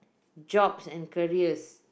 jobs and careers